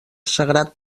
sagrat